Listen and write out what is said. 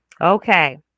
Okay